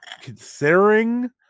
considering